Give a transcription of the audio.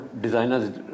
designers